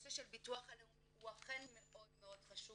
נושא של ביטוח לאומי אכן מאוד חשוב